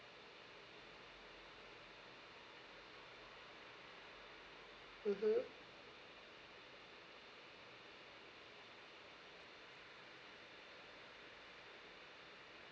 mm